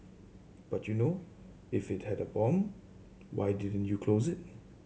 but you know if it had a bomb why didn't you close it